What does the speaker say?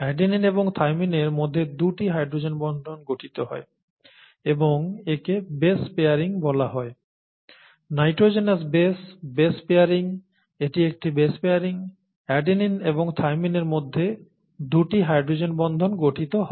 adenine এবং থাইমিনের মধ্যে দুটি হাইড্রোজেন বন্ধন গঠিত হয় এবং একে বেশ পেয়ারিং বলা হয় নাইট্রোজেনাস বেশ বেশ পেয়ারিং এটি একটি বেশ পেয়ারিং অ্যাডেনিন এবং থাইমিনের মধ্যে দুটি হাইড্রোজেন বন্ধন গঠিত হয়